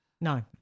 No